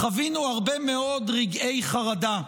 חווינו הרבה מאוד רגעי חרדה.